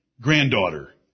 granddaughter